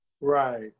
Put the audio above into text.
Right